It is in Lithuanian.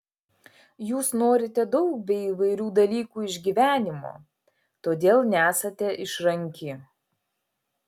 jūs norite daug bei įvairių dalykų iš gyvenimo todėl nesate išranki